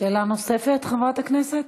שאלה נוספת, חברת הכנסת?